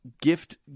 gift